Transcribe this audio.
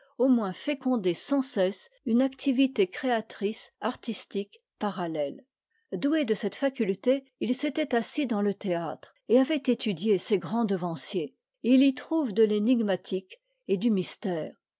au moins fécondé sans cesse une activité créatrice artistique parallèle doué de cette faculté il s'était assis dans le théâtre et avait étudié ses grands devanciers et il y trouve de l'énigmatique et du mystère